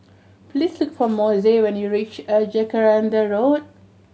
please look for Mose when you reach a Jacaranda Road